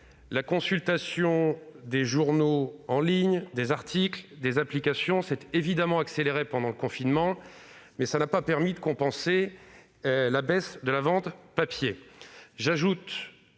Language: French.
La consultation de journaux ou d'articles en ligne ou sur des applications s'est évidemment accélérée pendant le confinement, mais cela n'a pas permis de compenser la baisse des ventes papier.